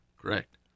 Correct